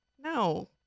No